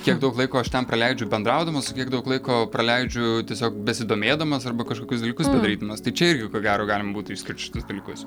kiek daug laiko aš ten praleidžiu bendraudamas o kiek daug laiko praleidžiu tiesiog besidomėdamas arba kažkokius dalykus bedarydamas tai čia irgi ko gero galima būtų išskirt šitus dalykus